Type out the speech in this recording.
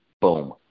boom